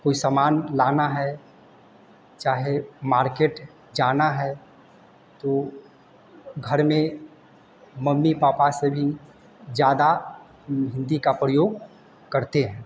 कोई सामान लाना है चाहे मार्केट जाना है तो घर में मम्मी पापा से भी ज़्यादा हिंदी का प्रयोग करते हैं